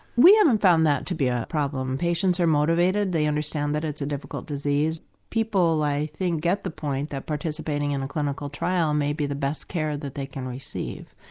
we haven't found that to be a problem. patients are motivated, they understand that it's a difficult disease, people i think get the point that participating in a clinical trial may be the best care that they can receive.